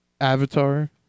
avatar